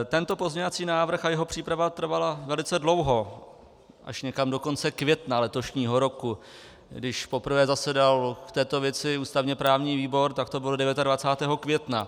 Tento pozměňovací návrh a jeho příprava trvala velice dlouho, až někam do konce května letošního roku, když poprvé zasedal v této věci ústavněprávní výbor, tak to bylo 29. května.